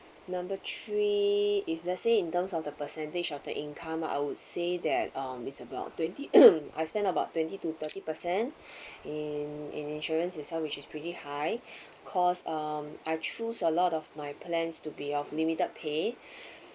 number three if let's say in terms of the percentage of the income I would say that uh it's about about twenty I spend about twenty to thirty percent in insurance itself which is pretty high cause um I choose a lot of my plans to be of limited pay